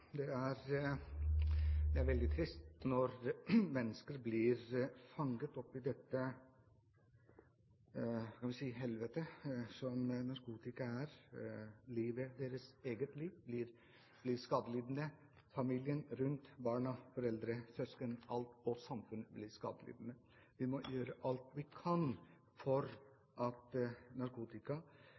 vil støtte. Det er veldig trist når mennesker blir fanget opp i dette – skal vi si – helvetet som narkotika er. Deres eget liv blir skadelidende. Familien rundt – barna, foreldre, søsken – og samfunnet, alt og alle blir skadelidende. Vi må gjøre alt vi kan for at narkotika